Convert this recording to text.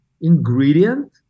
ingredient